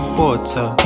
water